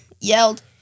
yelled